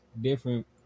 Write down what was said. different